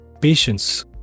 patience